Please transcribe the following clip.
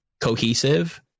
cohesive